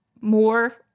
more